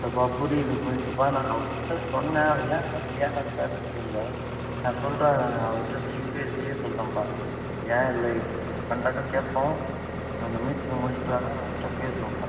இல்லைப்பா புரியுது புரியுதுப்பா நான் அவருக்கிட்டே சொன்னேன் அவர் ஏன் இன்னும் செய்யாமல் இருக்காருன்னு தெரில நான் சொல்கிறேன் அவர்ட்ட சொல்லிவிட்டு செய்ய சொல்கிறேன்ப்பா அவரை ஏன் இல்லை இப்படி பண்ணுறேன்னு கேட்போம் நான் அந்த மீட்டிங்கை முடிச்சுட்டு வர்றேன் அவர்ட்ட பேசுவோம்ப்பா